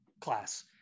class